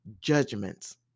judgments